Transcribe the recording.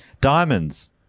diamonds